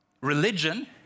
Religion